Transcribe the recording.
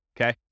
Okay